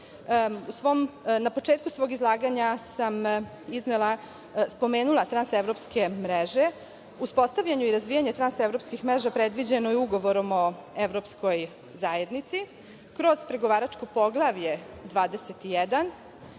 početku svog izlaganja sam spomenula transevropske mreže. Uspostavljanje i razvijanje transevropskih predviđeno je Ugovorom o Evropskoj zajednici. Kroz pregovaračko Poglavlje 21